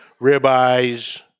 ribeyes